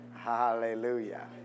hallelujah